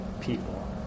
people